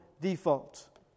default